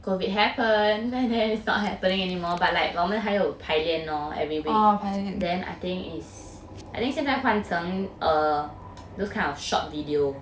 COVID happened then it's not happening anymore but like 我们还有排练 lor every week then I think is 现在换成 err those kind of short video